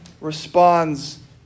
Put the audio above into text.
responds